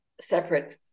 separate